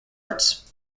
arts